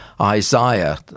Isaiah